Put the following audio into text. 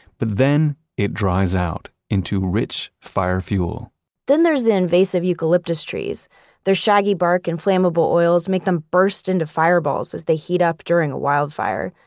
but then it dries out into rich fire fuel then there's the invasive eucalyptus trees their shaggy bark and flammable oils make them burst into fireballs as they heat up during a wildfire.